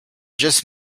just